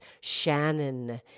Shannon